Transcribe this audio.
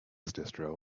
distro